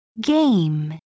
Game